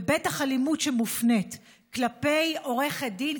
ובטח אלימות שמופנית כלפי עורכת דין,